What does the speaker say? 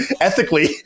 ethically